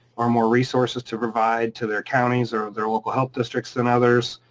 or more resources to provide to their counties or their local health districts and others,